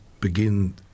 begin